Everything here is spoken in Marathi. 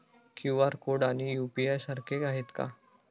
क्यू.आर कोड आणि यू.पी.आय सारखे आहेत का?